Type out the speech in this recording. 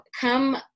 come